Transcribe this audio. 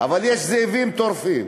אבל יש זאבים טורפים.